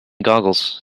googles